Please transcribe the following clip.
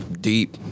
deep